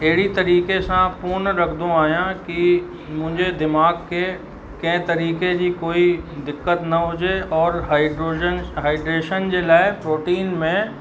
अहिड़ी तरीक़े सां कोन रखंदो आहियां की मुंहिंजे दिमाग़ खे कंहिं तरीक़े जी कोई दिक़त न हुजे और हाइड्रोजन हाइड्रेशन जे लाइ प्रोटीन में